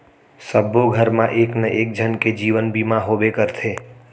सबो घर मा एक ना एक झन के जीवन बीमा होबे करथे